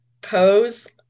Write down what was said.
Pose